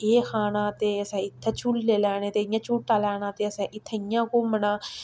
एह् खाना ते असें इत्थै झूले लैने ते इ'यां झूह्टा लैना ते असें इत्थे इ'यां घूमना